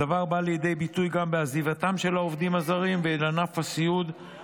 הדבר בא לידי ביטוי גם בעזיבתם של העובדים הזרים את ענף הסיעוד.